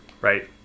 right